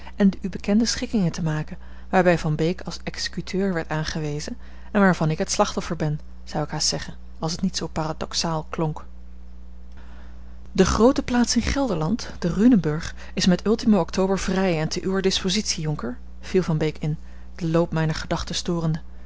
en de u bekende schikkingen te maken waarbij van beek als executeur werd aangewezen en waarvan ik het slachtoffer ben zou ik haast zeggen als het niet zoo paradoxaal klonk de groote plaats in gelderland de runenburg is met ultimo october vrij en te uwer dispositie jonker viel van beek in den loop mijner gedachten storende